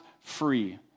free